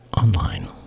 online